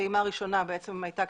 הפעימה הראשונה הייתה